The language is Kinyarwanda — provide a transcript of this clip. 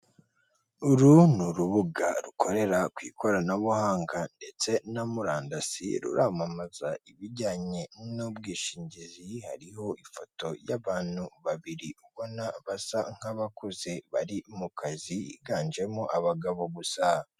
Uru n'urubuga rukorera ku ikoranabuhanga, ndetse na murandasi, ruramamaza ibijyanye n'ubwishingizi, hariho ifoto y'abantu babiri ubona ko basa nk'abakuze bari mu kazi, higanjemo abagabo gusa.